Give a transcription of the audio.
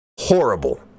horrible